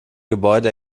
gebäude